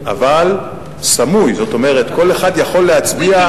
אבל סמוי, זאת אומרת, כל אחד יכול להצביע,